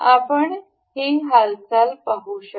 आपण हे हालचाल पाहू शकता